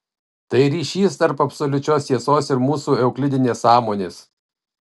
tai ryšys tarp absoliučios tiesos ir mūsų euklidinės sąmonės